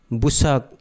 busak